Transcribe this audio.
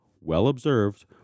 well-observed